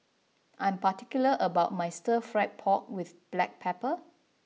I am particular about my Stir Fried Pork with Black Pepper